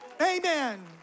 Amen